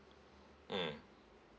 mm